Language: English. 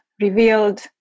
revealed